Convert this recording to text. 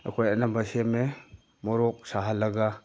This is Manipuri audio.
ꯑꯩꯈꯣꯏ ꯑꯅꯝꯕ ꯁꯦꯝꯃꯦ ꯃꯣꯔꯣꯛ ꯁꯥꯍꯜꯂꯒ